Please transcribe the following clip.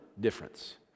difference